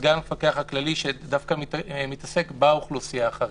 סגן המפקח הכללי, שדווקא מתעסק באוכלוסייה החרדית.